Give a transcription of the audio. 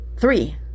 three